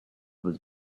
was